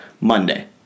Monday